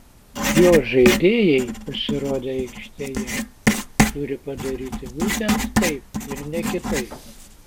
jo žaidėjai pasirodę aikštėje turi padaryti būtent taip ir ne kitaip